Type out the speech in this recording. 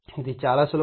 ఇది చాలా సులభం